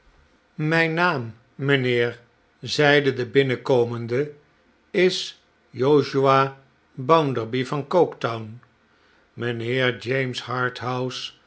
mijn naam mijnheer zeide de binnenkomende is josiah bounderby van coke town mijnheer james